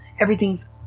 Everything's